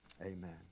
amen